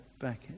back